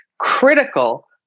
critical